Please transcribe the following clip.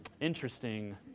interesting